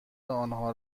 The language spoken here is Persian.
آنها